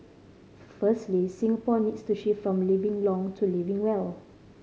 firstly Singapore needs to shift from living long to living well